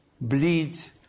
bleeds